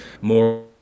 more